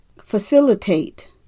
facilitate